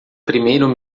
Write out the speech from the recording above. primeiro